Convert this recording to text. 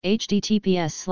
https